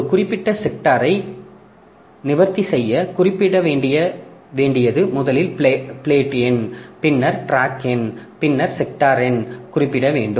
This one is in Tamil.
ஒரு குறிப்பிட்ட செக்டாரை நிவர்த்தி செய்ய குறிப்பிட வேண்டியது முதலில் பிளேட் எண் பின்னர் டிராக் எண்ணையும் பின்னர் செக்டார் எண்ணையும் குறிப்பிட வேண்டும்